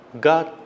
God